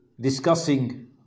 discussing